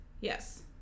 yes